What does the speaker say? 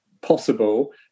possible